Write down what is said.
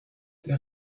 der